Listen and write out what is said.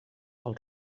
del